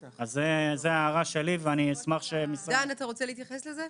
דן, אתה רוצה להתייחס לזה?